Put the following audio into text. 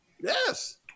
Yes